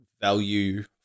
value